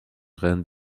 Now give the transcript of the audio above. reine